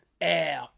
air